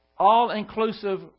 all-inclusive